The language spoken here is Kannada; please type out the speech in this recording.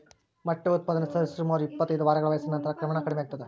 ಮೊಟ್ಟೆ ಉತ್ಪಾದನೆಯು ಸರಿಸುಮಾರು ಇಪ್ಪತ್ತೈದು ವಾರಗಳ ವಯಸ್ಸಿನ ನಂತರ ಕ್ರಮೇಣ ಕಡಿಮೆಯಾಗ್ತದ